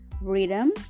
rhythm